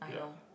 ya